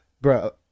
Bro